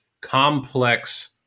complex